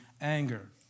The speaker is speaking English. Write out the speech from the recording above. anger